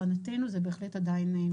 מבחינתנו הרבה פעמים זאת כמעט האינדיקציה